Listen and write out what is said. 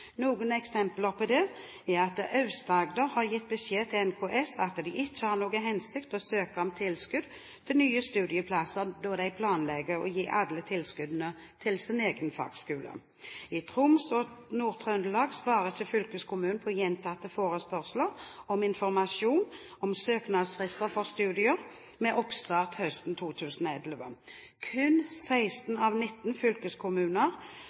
Noen eksempler på dette er: Aust-Agder har gitt beskjed til NKS om at det ikke har noen hensikt å søke om tilskudd til nye studieplasser, da de planlegger å gi alle tilskuddene til sin egen fagskole. I Troms og Nord-Trøndelag svarer ikke fylkeskommunene på gjentatte forespørsler om informasjon om søknadsfrister for studier med oppstart høsten 2011. Kun seks av nitten fylkeskommuner